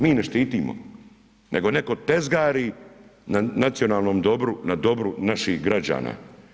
Mi ne štitimo nego netko tezgari na nacionalnom dobru, na dobru naših građana.